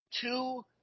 two